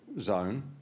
zone